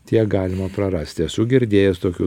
tiek galima prarasti esu girdėjęs tokių